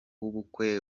w’ubukwe